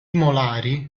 molari